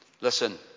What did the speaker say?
Listen